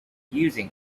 using